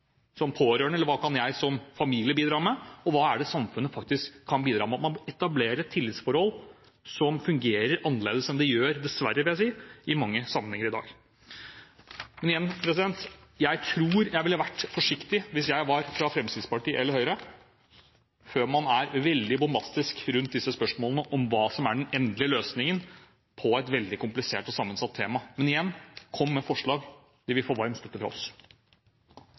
hva er det samfunnet faktisk kan bidra med. Man må etablere et tillitsforhold som fungerer annerledes enn det – dessverre, vil jeg si – gjør i mange sammenhenger i dag. Men igjen: Jeg tror jeg, hvis jeg var fra Fremskrittspartiet eller Høyre, ville vært forsiktig med å være veldig bombastisk rundt disse spørsmålene om hva som er den endelige løsningen på et veldig komplisert og sammensatt tema. Men igjen: Kom med forslag – de vil få varm støtte fra oss.